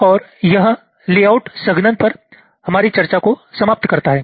और यह लेआउट संघनन पर हमारी चर्चा को समाप्त करता है